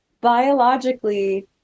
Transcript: biologically